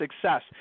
success